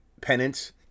penance